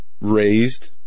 raised